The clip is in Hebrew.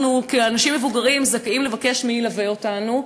כאנשים מבוגרים אנחנו זכאים לבקש מי ילווה אותנו,